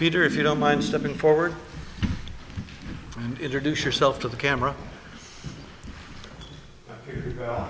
peter if you don't mind stepping forward and introduce yourself to the camera